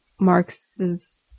Marx's